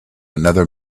another